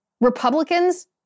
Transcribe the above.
Republicans